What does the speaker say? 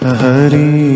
hari